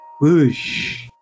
Whoosh